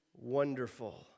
wonderful